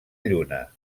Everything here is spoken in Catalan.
lluna